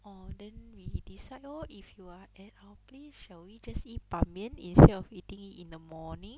orh then we decide lor if you are at our place shall we just eat 板面 instead of eating it in the morning